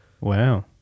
Wow